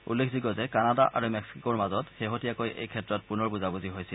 উল্লেখযোগ্য যে কানাডা আৰু মেক্সিকোৰ মাজত শেহতীয়াকৈ এই ক্ষেত্ৰত পুনৰ বুজাবুজি হৈছিল